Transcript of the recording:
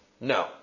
No